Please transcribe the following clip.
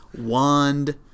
wand